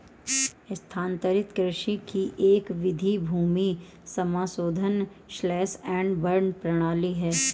स्थानांतरित कृषि की एक विधि भूमि समाशोधन स्लैश एंड बर्न प्रणाली है